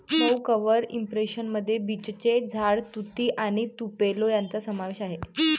मऊ cover impression मध्ये बीचचे झाड, तुती आणि तुपेलो यांचा समावेश आहे